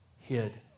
hid